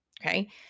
Okay